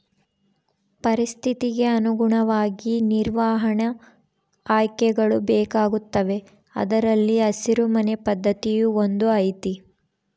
ಪರಿಸ್ಥಿತಿಗೆ ಅನುಗುಣವಾಗಿ ನಿರ್ವಹಣಾ ಆಯ್ಕೆಗಳು ಬೇಕಾಗುತ್ತವೆ ಅದರಲ್ಲಿ ಹಸಿರು ಮನೆ ಪದ್ಧತಿಯೂ ಒಂದು ಐತಿ